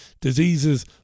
diseases